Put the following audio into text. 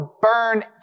burn